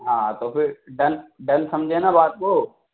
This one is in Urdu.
ہاں تو پھر ڈن ڈن سمجھیں نا بات کو